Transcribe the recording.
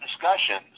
discussions